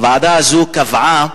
הוועדה הזאת קבעה